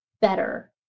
better